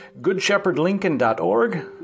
goodshepherdlincoln.org